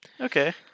Okay